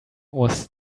was